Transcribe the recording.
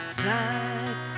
side